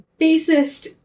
bassist